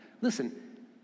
Listen